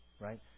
Right